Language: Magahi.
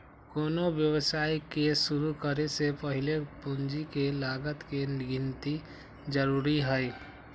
कोनो व्यवसाय के शुरु करे से पहीले पूंजी के लागत के गिन्ती जरूरी हइ